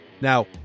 Now